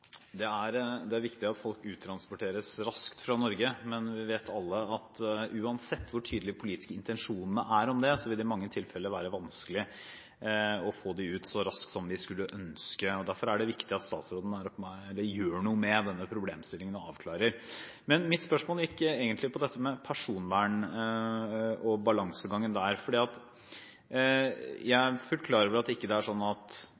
som mulig. Det er viktig at folk uttransporteres raskt fra Norge, men vi vet alle at uansett hvor tydelige de politiske intensjonene er om det, så vil det i mange tilfeller være vanskelig å få dem ut så raskt som vi skulle ønske. Derfor er det viktig at statsråden avklarer denne problemstillingen. Mitt spørsmål går egentlig på personvern og balansegangen rundt det. Jeg er fullt klar over at det ikke er sånn at